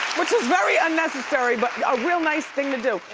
which was very unnecessary, but a real nice thing to do.